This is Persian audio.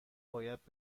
باید